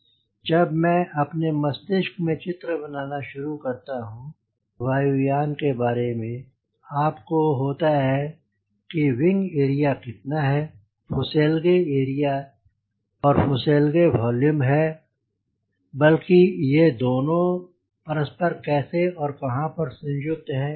जब मैं अपने मस्तिष्क में चित्र बनाना शुरू करता हूँ वायु यान के बारे में आपको होता है कि विंग एरिया कितना है फुसेलगे एरिया एरिया और फुसेलगे वोल्यूम है बल्कि यह भी कि दोनों परस्पर कैसे और कहाँ पर संयुक्त हैं